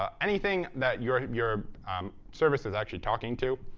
ah anything that your your service is actually talking to.